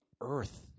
earth